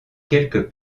quelques